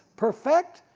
perfect,